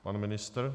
Pan ministr?